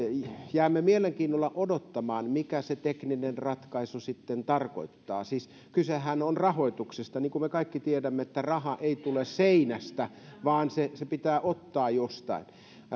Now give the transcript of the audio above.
jäämme mielenkiinnolla odottamaan mitä se tekninen ratkaisu sitten tarkoittaa siis kysehän on rahoituksesta niin kuin me kaikki tiedämme raha ei tule seinästä vaan se pitää ottaa jostain